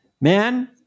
Man